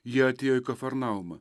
jie atėjo į kafarnaumą